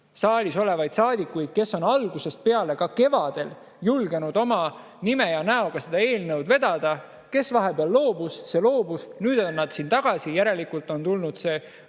saalis olevaid saadikuid, kes on algusest peale, ka kevadel, julgenud oma nime ja näoga seda eelnõu vedada. Kes vahepeal loobus, see loobus. Nüüd on nad siin tagasi. Järelikult on tulnud see õige